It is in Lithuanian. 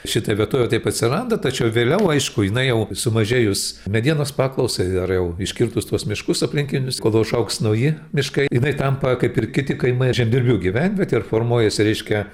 šita vietovė taip atsiranda tačiau vėliau aišku jinai jau sumažėjus medienos paklausai ar jau iškirtus tuos miškus aplinkinius kol užaugs nauji miškai jinai tampa kaip ir kiti kaimai žemdirbių gyvenvietė ir formuojasi reiškia